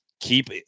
Keep